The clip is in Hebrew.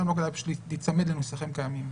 אפשר להיצמד לנוסחים קיימים.